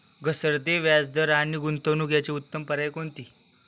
घसरते व्याजदर आणि गुंतवणूक याचे उत्तम पर्याय कोणते?